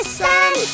sun